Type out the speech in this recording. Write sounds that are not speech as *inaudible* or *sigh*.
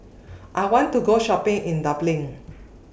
*noise* I want to Go Shopping in Dublin